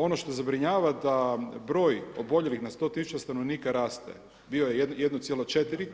Ono što zabrinjava da broj oboljelih na 100 tisuća stanovnika raste, bio je 1,4